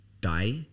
die